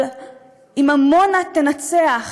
אבל אם עמונה תנצח,